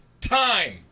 time